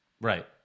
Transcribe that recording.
Right